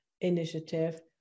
initiative